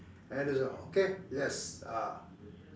that is all okay yes ah